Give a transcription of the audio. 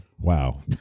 wow